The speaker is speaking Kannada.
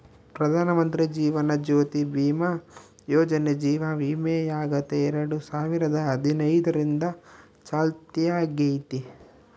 ಪ್ರಧಾನಮಂತ್ರಿ ಜೀವನ ಜ್ಯೋತಿ ಭೀಮಾ ಯೋಜನೆ ಜೀವ ವಿಮೆಯಾಗೆತೆ ಎರಡು ಸಾವಿರದ ಹದಿನೈದರಿಂದ ಚಾಲ್ತ್ಯಾಗೈತೆ